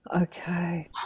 Okay